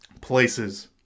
places